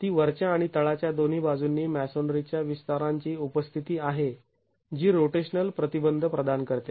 ती वरच्या आणि तळाच्या दोन्ही बाजूंनी मॅसोनरीच्या विस्तारांची उपस्थिती आहे जी रोटेशनल प्रतिबंध प्रदान करते